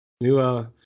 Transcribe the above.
New